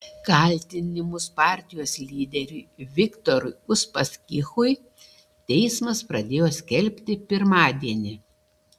kaltinimus partijos lyderiui viktorui uspaskichui teismas pradėjo skelbti pirmadienį